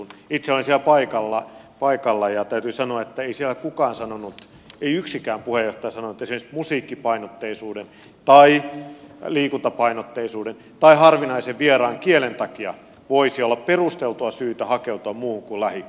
itse olin siellä paikalla ja täytyy sanoa että ei siellä kukaan sanonut ei yksikään puheenjohtaja sanonut että esimerkiksi musiikkipainotteisuuden tai liikuntapainotteisuuden tai harvinaisen vieraan kielen takia voisi olla perusteltua syytä hakeutua muuhun kuin lähikouluun